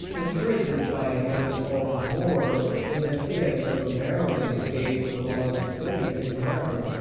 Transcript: and treasured by him all the more in that he had so narrowly escaped the loss of faith in harrow.